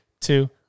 two